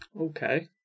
Okay